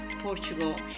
Portugal